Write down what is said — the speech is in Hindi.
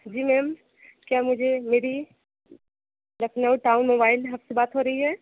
जी मैम क्या मुझे मेरी लखनऊ टाउन मोबाइल हब से बात हो रही है